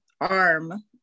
arm